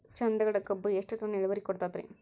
ಚಂದಗಡ ಕಬ್ಬು ಎಷ್ಟ ಟನ್ ಇಳುವರಿ ಕೊಡತೇತ್ರಿ?